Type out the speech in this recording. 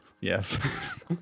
yes